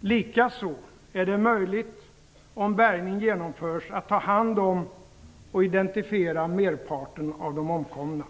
Likaså är det möjligt, om bärgning genomförs, att ta hand om och identifiera merparten av de omkomna.